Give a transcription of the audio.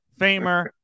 Famer